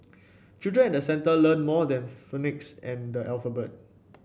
children at the centre learn more than phonics and the alphabet